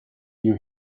you